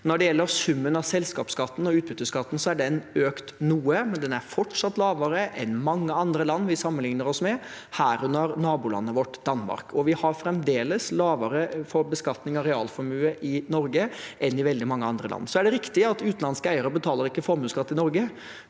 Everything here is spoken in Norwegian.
Når det gjelder summen av selskapsskatten og utbytteskatten, er den økt noe, men den er fortsatt lavere enn i mange andre land vi sammenligner oss med, herunder nabolandet vårt Danmark. Vi har fremdeles lavere beskatning av realformue i Norge enn i veldig mange andre land. Det er riktig at utenlandske eiere ikke betaler formuesskatt i Norge,